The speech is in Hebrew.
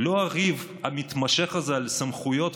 לא הריב המתמשך הזה על סמכויות ומינויים,